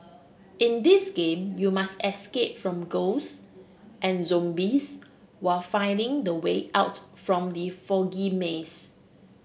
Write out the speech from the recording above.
in this game you must escape from ghosts and zombies while finding the way out from the foggy maze